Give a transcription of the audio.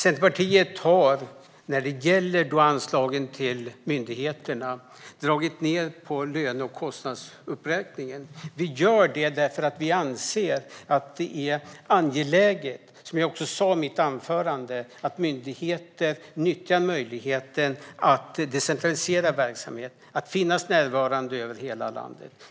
Herr talman! När det gäller anslagen till myndigheterna har Centerpartiet dragit ned på löne och kostnadsuppräkningen. Vi gör det därför att vi, som jag också sa i mitt anförande, anser att det är angeläget att myndigheter nyttjar möjligheten att decentralisera verksamhet och vara närvarande över hela landet.